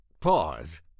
pause